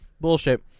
Bullshit